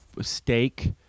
steak